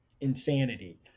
insanity